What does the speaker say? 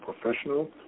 professional